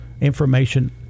information